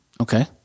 Okay